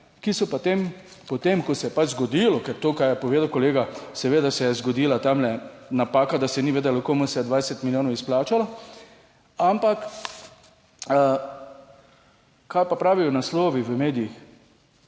potem, potem, ko se je pač zgodilo, ker to, kar je povedal kolega, seveda se je zgodila tamle napaka, da se ni vedelo, komu se je 20 milijonov izplačalo, ampak kaj pa pravijo naslovi v medijih?